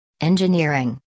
Engineering